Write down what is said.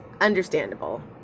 understandable